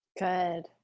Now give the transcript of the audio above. Good